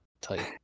type